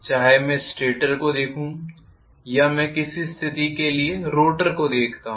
चाहे मैं स्टेटर को देखूं या मैं किसी भी स्थिति के लिए रोटर को देखता हूं